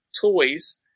toys